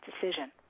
decision